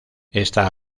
está